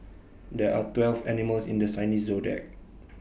there are twelve animals in this Chinese Zodiac